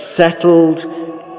settled